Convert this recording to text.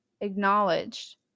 acknowledged